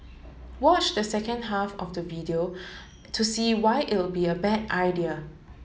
watch the second half of the video to see why it'll be a bad idea